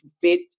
fit